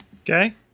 Okay